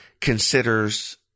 considers